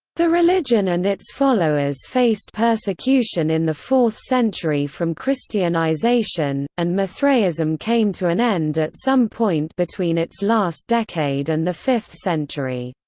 the religion and its followers faced persecution in the fourth century from christianization, and mithraism came to an end at some point between its last decade and the fifth century.